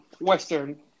Western